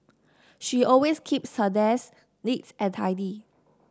she always keeps her desk neat and tidy